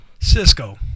Cisco